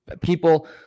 people